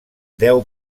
deu